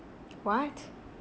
what